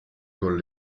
con